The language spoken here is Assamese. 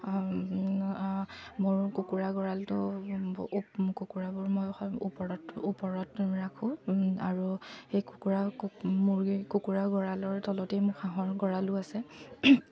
মোৰ কুকুৰা গড়ালটো কুকুৰাবোৰ মই ওপৰত ওপৰত ৰাখোঁ আৰু সেই কুকুৰা মুৰ্গী কুকুৰা গড়ালৰ তলতেই মোৰ হাঁহৰ গড়ালো আছে